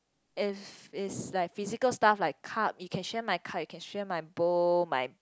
if it's like physical stuff like cup you can share my cup you can share my bowl my